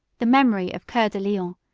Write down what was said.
the memory of cur de lion,